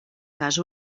cas